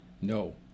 No